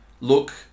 look